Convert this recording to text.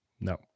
No